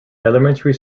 elementary